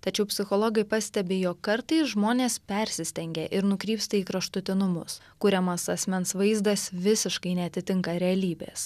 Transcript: tačiau psichologai pastebi jog kartais žmonės persistengia ir nukrypsta į kraštutinumus kuriamas asmens vaizdas visiškai neatitinka realybės